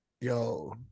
Yo